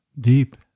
deep